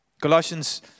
Colossians